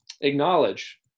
acknowledge